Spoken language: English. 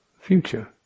future